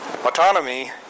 Autonomy